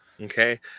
okay